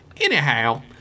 Anyhow